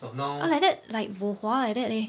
orh like that like bo hua like that leh